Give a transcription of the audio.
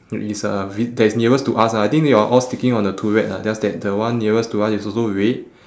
and is uh vi~ that is nearest to us ah I think they are all sticking out of the turret lah just that the one nearest to us is also red